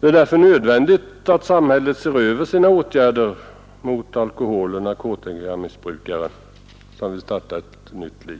Det är därför nödvändigt att samhället ser över sina åtgärder mot Nr 45 alkoholoch narkotikamissbrukare som vill starta ett nytt liv.